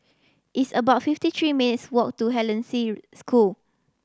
it's about fifty three minutes' walk to Hollandse School